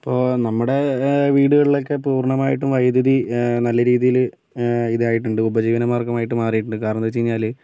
ഇപ്പം നമ്മുടെ വീടുകളിലൊക്കെ പൂർണമായിട്ടും വൈദ്യുതി നല്ല രീതിയില് ഇതായിട്ടുണ്ട് ഉപജീവന മാർഗമായിട്ട് മാറിയിട്ടുണ്ട് കാരണം എന്ന് വെച്ച് കഴിഞ്ഞാല്